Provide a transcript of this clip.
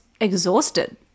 exhausted